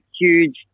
huge